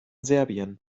serbien